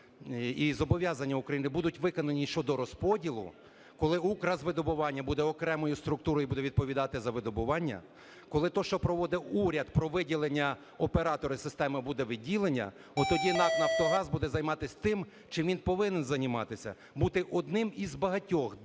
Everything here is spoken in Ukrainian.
і зобов'язання України будуть виконані щодо розподілу, коли "Укргазвидобування" буде окремою структурою і буде відповідати за видобування, коли те, що проводить уряд про виділення оператори системи, буде виділення, от тоді НАК "Нафтогаз" буде займатися тим, чим він повинен займатися – бути одним із багатьох дилерів,